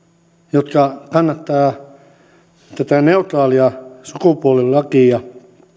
jotka kannattavat tätä neutraalia sukupuolilakia